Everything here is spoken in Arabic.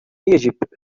يجب